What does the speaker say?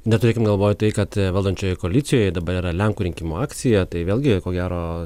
neturėkim galvoj tai kad valdančiojoj koalicijoj dabar yra lenkų rinkimų akcija tai vėlgi ko gero